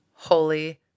Holy